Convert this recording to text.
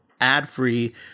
ad-free